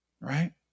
right